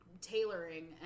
tailoring